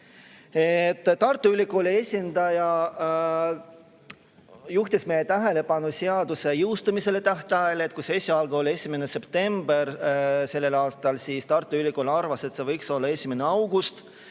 Tartu Ülikooli esindaja juhtis meie tähelepanu seaduse jõustumise tähtajale. See oli esialgu s.a 1. september, aga Tartu Ülikool arvas, et see võiks olla 1. august,